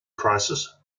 crisis